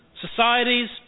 Societies